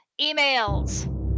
emails